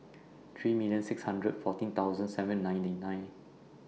three million six hundred fourteen thousand seven ninety nine